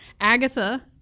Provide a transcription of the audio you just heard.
Agatha